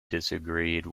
disagreed